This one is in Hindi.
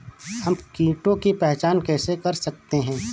हम कीटों की पहचान कैसे कर सकते हैं?